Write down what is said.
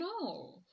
no